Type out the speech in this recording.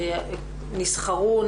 נסחרו,